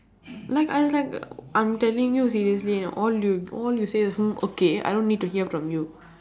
like I like I'm telling you seriously and all you all you say is hmm okay I don't need to hear from you